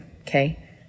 Okay